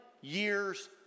year's